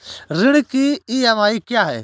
ऋण की ई.एम.आई क्या है?